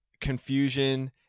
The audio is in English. confusion